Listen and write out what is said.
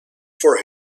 for